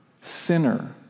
sinner